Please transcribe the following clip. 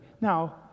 Now